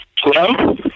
Hello